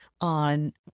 on